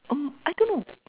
oh I don't know